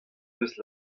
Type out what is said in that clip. deus